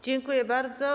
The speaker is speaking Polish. Dziękuję bardzo.